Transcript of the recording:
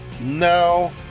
No